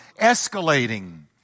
escalating